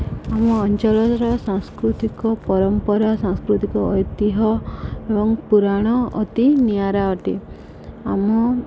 ଆମ ଅଞ୍ଚଳର ସାଂସ୍କୃତିକ ପରମ୍ପରା ସାଂସ୍କୃତିକ ଐତିହ୍ୟ ଏବଂ ପୁରାଣ ଅତି ନିଆରା ଅଟେ ଆମ